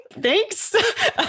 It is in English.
thanks